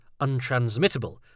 untransmittable